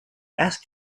asked